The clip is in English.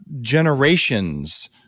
generations